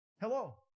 Hello